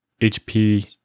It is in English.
HP